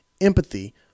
empathy